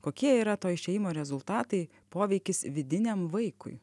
kokie yra to išėjimo rezultatai poveikis vidiniam vaikui